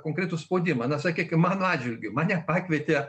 konkretų spaudimą na sakykim mano atžvilgiu mane pakvietė